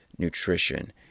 nutrition